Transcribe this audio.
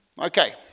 Okay